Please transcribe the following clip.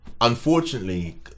unfortunately